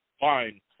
fine